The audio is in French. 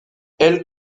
elle